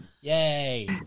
Yay